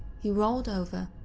he rolled over,